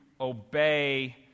obey